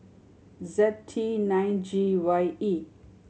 Z T nine G Y E